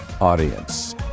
audience